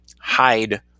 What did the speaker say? hide